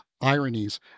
ironies